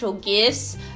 Gifts